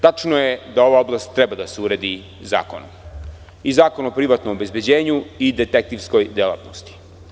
Tačno je da ova oblast treba da se uredi zakonom, i zakonom o privatnom obezbeđenju i detektivskoj delatnosti.